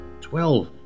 Twelve